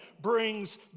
brings